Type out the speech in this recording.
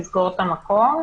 המקום,